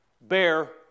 bear